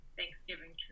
Thanksgiving